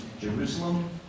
Jerusalem